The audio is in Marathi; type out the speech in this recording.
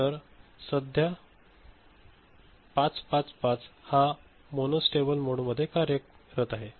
तर सध्या 555 हा मोनो स्टेबल मोडमध्ये कार्यरत आहे